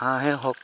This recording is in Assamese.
হাঁহেই হওক